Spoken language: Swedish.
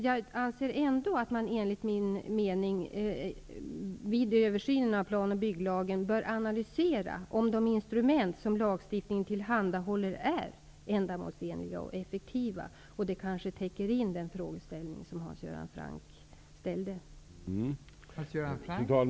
Jag anser ändock att man vid översynen av plan och bygglagen bör analysera om de instrument som lagstiftningen tillhandahåller är ändamålsenliga och effektiva. Detta kanske täcker in Hans Göran Francks fråga.